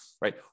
Right